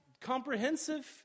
comprehensive